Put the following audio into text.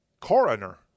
coroner